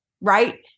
right